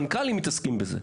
מנכ״לים מתעסקים בזה.